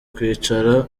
kwicara